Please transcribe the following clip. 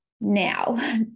Now